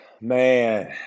man